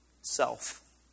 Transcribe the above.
Self